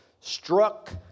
struck